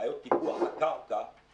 בעיות טיפוח הקרקע,